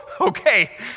okay